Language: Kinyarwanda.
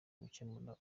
gukemura